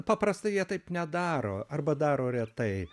paprastai jie taip nedaro arba daro retai